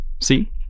See